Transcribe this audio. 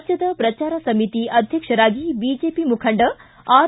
ರಾಜ್ಯದ ಪ್ರಚಾರ ಸಮಿತಿ ಅಧ್ಯಕ್ಷರಾಗಿ ಬಿಜೆಪಿ ಮುಖಂಡ ಆರ್